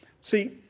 See